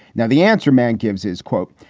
now, the answer man gives is, quote,